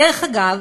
דרך אגב,